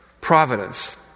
Providence